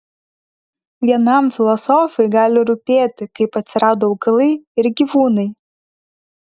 vienam filosofui gali rūpėti kaip atsirado augalai ir gyvūnai